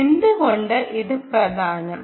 എന്തുകൊണ്ട് ഇത് പ്രധാനം